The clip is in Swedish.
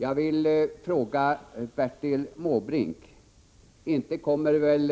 Jag vill fråga Bertil Måbrink: Inte kommer väl